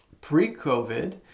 pre-covid